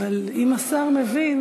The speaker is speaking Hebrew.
אבל אם השר מבין,